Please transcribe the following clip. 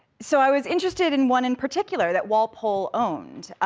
so i was interested in one, in particular, that walpole owned,